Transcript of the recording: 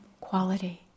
quality